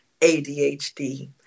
ADHD